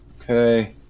Okay